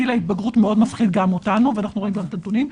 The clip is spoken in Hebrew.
גיל ההתבגרות מאוד מפחיד גם אותנו ואנחנו רואים גם את הנתונים.